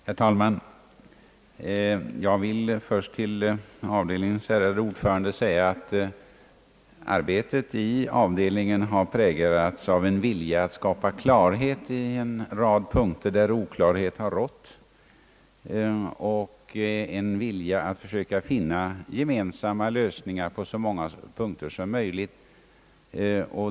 Herr talman! Jag vill först till avdelningens ärade ordförande säga att arbetet i avdelningen har präglats av en vilja att skapa klarhet på en rad punkter där oklarhet har rått och en vilja att försöka finna gemensamma lösningar på så många punkter som möjligt.